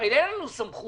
הרי אין לנו סמכות.